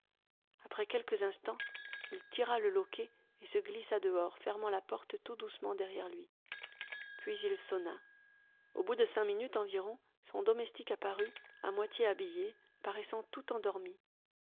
après quelques instants il tira le loquet et se glissa dehors fermant la porte tout doucement derrière lui puis il sonna au bout de cinq minutes environ son domestique apparut à moitié habillé paraissant tout endormi